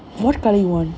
and what colour you want